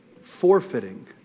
forfeiting